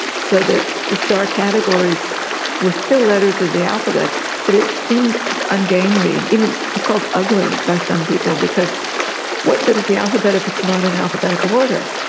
so that the star categories were still letters of the alphabet but it seemed ungainly it was called ugly by some people because what good is the alphabet if it's not in alphabetical order?